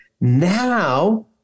Now